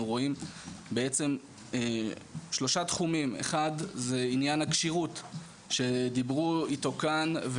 אנחנו רואים שלושה תחומים: אחד זה עניין הכשירות שדיברו עליו כאן.